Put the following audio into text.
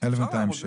כן.